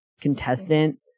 contestant